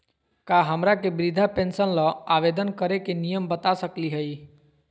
का हमरा के वृद्धा पेंसन ल आवेदन करे के नियम बता सकली हई?